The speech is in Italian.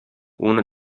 uno